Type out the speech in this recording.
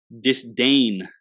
disdain